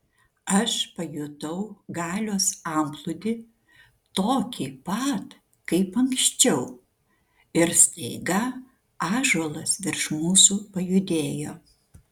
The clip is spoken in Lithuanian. aš pajutau galios antplūdį tokį pat kaip anksčiau ir staiga ąžuolas virš mūsų pajudėjo